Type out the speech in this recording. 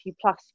plus